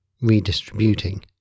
redistributing